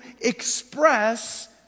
express